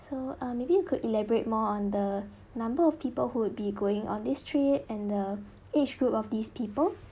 so uh maybe you could elaborate more on the number of people who would be going on this trip and the age group of these people